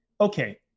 okay